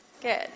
Good